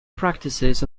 practices